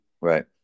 Right